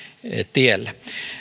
tiellä